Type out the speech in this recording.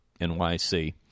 NYC